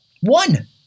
one